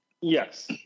Yes